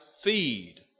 Feed